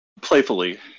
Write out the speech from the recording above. playfully